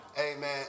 Amen